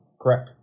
correct